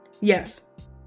Yes